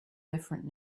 different